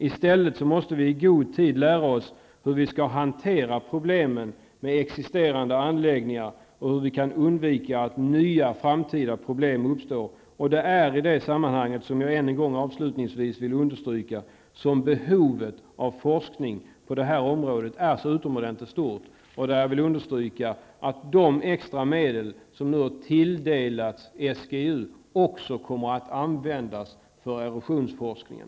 I stället måste vi i god tid lära oss hur vi skall hantera problemen med existerande anläggningar och hur vi kan undvika att nya problem uppstår i framtiden. I det sammanhanget vill jag avslutningsvis ännu en gång understryka att behovet av forskning på detta område är utomordentligt stort. Då vill jag också betona att det är viktigt att de extra medel som nu har tilldelats SGU också används för erosionsforskningen.